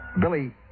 Billy